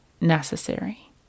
necessary